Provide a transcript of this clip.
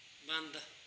ਬੰਦ